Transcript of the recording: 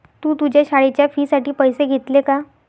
तू तुझ्या शाळेच्या फी साठी पैसे घेतले का?